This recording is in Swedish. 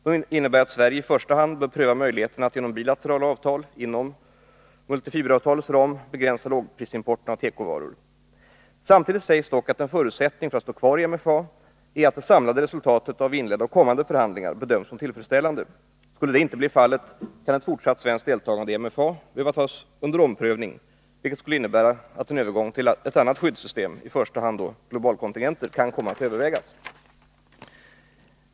De innebär att Sverige i första hand bör pröva möjligheterna att genom bilaterala avtal inom MFA:s ram begränsa lågprisimporten av tekovaror. Samtidigt sägs dock att en förutsättning för att stå kvar i MFA är att det samlade resultatet av inledda och kommande förhandlingar bedöms som tillfredsställande. Skulle detta inte bli fallet, kan ett fortsatt svenskt deltagande i MFA behöva tas under omprövning, vilket skulle innebära att en övergång till ett annat skyddssystem, i första hand globalkontingenter, kan komma att övervägas.